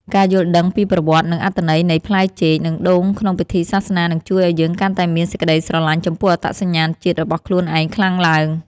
ការយល់ដឹងពីប្រវត្តិ និងអត្ថន័យនៃផ្លែចេក និងដូងក្នុងពិធីសាសនានឹងជួយឱ្យយើងកាន់តែមានសេចក្តីស្រឡាញ់ចំពោះអត្តសញ្ញាណជាតិរបស់ខ្លួនឯងខ្លាំងឡើង។